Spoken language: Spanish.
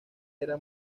era